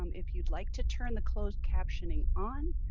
um if you'd like to turn the closed captioning on,